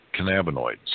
cannabinoids